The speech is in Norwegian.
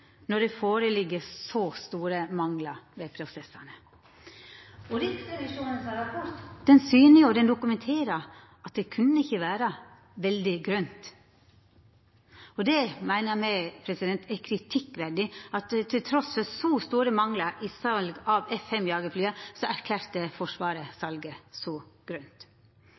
når det foreligger så store mangler ved selve salgsprosessen». Rapporten frå Riksrevisjonen dokumenterer at det kunne ikkje vera veldig grønt. Me meiner det er kritikkverdig at Forsvaret, trass i så store manglar ved salet av F-5-jagerflya, erklærte salet som grønt.